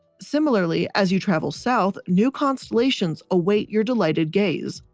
similarly, as you travel south, new constellations await your delighted gaze.